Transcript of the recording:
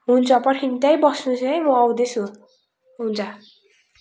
हुन्छ पर्खिनु त्यहीँ बस्नु होस् है म आउँदै छु हुन्छ